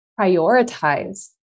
prioritize